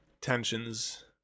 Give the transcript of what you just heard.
tensions